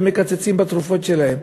ומקצצים בתרופות שלהם.